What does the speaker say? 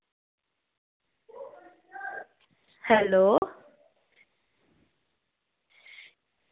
hello